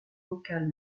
vocale